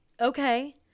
okay